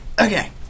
okay